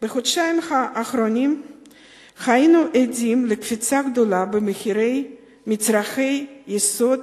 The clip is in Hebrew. בחודשיים האחרונים היינו עדים לקפיצה גדולה במחירי מצרכי היסוד,